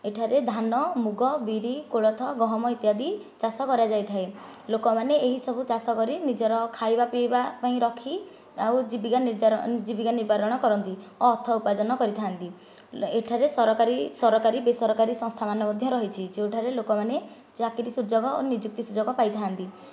ଏଠାରେ ଧାନ ବିରି ମୁଗ କୋଳଥ ଗହମ ଇତ୍ୟାଦି ଚାଷ କରାଯାଇଥାଏ ଲୋକମାନେ ଏହି ସବୁ ଚାଷ କରି ନିଜର ଖାଇବା ପିଇବା ପାଇଁ ରଖି ଆଉ ଜୀବିକା ନିବାରଣ କରନ୍ତି ଓ ଅର୍ଥ ଉପାର୍ଜନ କରିଥାନ୍ତି ଏଠାରେ ସରକାରୀ ସରକାରୀ ବେସରକାରୀ ସଂସ୍ଥା ମଧ୍ୟ ରହିଛି ଯେଉଁଠାରେ ଲୋକମାନେ ଚାକିରି ସୁଯୋଗ ନିଯୁକ୍ତି ସୁଯୋଗ ପାଇଥାନ୍ତି